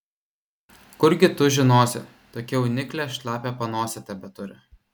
kurgi tu žinosi tokia jauniklė šlapią panosę tebeturi